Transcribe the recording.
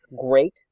great